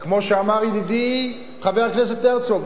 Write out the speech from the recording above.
כמו שאמר ידידי חבר הכנסת הרצוג,